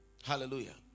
Hallelujah